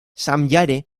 samjare